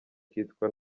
kitwa